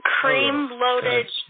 Cream-loaded